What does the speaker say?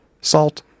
salt